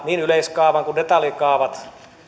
niin yleiskaavan kuin detaljikaavat